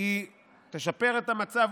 תשפר את המצב,